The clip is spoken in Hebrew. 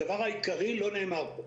האם אפשר?